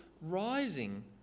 rising